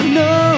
no